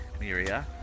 Miria